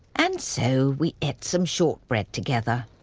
and so, we ate some shortbread together.